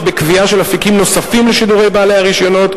בקביעה של אפיקים נוספים לשידורי בעלי הרשיונות,